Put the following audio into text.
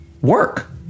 work